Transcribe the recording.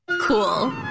Cool